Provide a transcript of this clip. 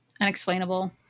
Unexplainable